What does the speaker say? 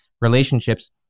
relationships